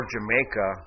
Jamaica